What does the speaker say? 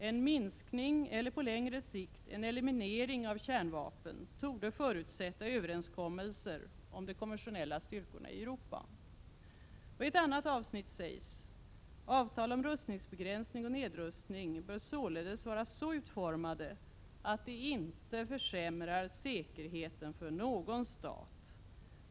En minskning eller, på längre sikt, en eliminering av kärnvapnen torde förutsätta överenskommelser om de konventionella styrkorna i Europa.” I ett annat avsnitt sägs: ”Avtal om rustningsbegränsning och nedrustning bör således vara så utformade, att de inte försämrar säkerheten för någon stat.